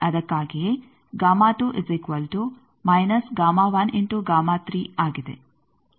ಅದಕ್ಕಾಗಿಯೇ ಆಗಿದೆ